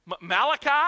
Malachi